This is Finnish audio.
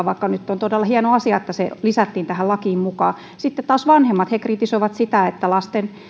vaikka nyt on todella hieno asia että se lisättiin tähän lakiin mukaan sitten taas vanhemmat kritisoivat sitä että lasten